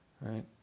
right